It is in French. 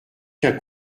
qu’un